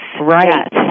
Right